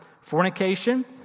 fornication